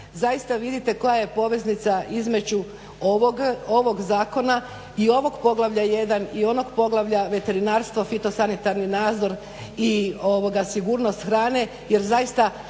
zaista vidite koja je poveznica između ovog zakona i ovog poglavlja 1 i onog poglavlja veterinarstvo fitosanitarni nadzor i sigurnost hrane